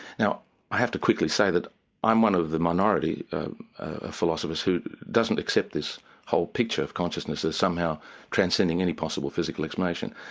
now i have to quickly say that i'm one of the minority of philosophers who doesn't accept this whole picture of consciousness as somehow transcending any possible physical explanation.